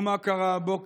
ומה מה קרה הבוקר?